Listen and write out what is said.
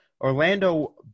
Orlando